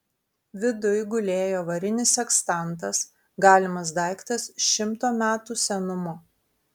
viduj gulėjo varinis sekstantas galimas daiktas šimto metų senumo